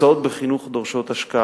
שתוצאות בחינוך דורשות השקעה.